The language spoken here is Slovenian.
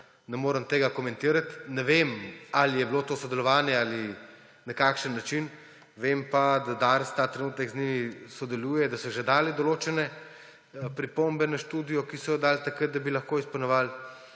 ne morem tega komentirati. Ne vem, ali je bilo to sodelovanje in na kakšen način; vem pa, da Dars ta trenutek z njimi sodeluje, da so že dali določene pripombe na študijo, ki so jo dali takrat, da bi lahko izpolnjevali.